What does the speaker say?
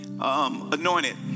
Anointed